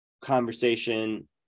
conversation